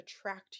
attract